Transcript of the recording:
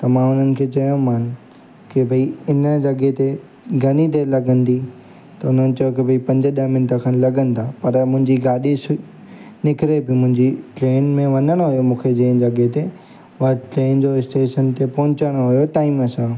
त मां हुननि खे चयो मान की भई हिन जॻह ते घणी देरि लॻंदी त उन्हनि चयो की भई पंज ॾह मिंट खनि लॻंदा पर मुंहिंजी गाॾी सु निकिरे पेई मुंहिंजी ट्रेन में वञिणो हुओ मूंखे जंहिं जॻह ते मां ट्रेन जो स्टेशन ते पहुचणो हुओ टाइम सां